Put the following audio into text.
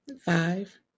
five